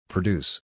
Produce